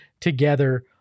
together